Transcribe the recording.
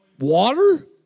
Water